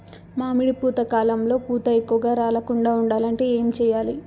మామిడి పూత కాలంలో పూత ఎక్కువగా రాలకుండా ఉండాలంటే ఏమి చెయ్యాలి?